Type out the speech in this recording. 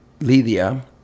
lydia